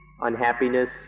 unhappiness